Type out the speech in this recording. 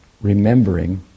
remembering